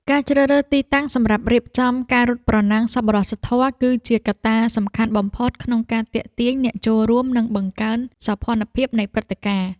ការជ្រើសរើសទីតាំងសម្រាប់រៀបចំការរត់ប្រណាំងសប្បុរសធម៌ គឺជាកត្តាសំខាន់បំផុតក្នុងការទាក់ទាញអ្នកចូលរួម និងបង្កើនសោភ័ណភាពនៃព្រឹត្តិការណ៍។